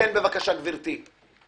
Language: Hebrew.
בבקשה, גברתי.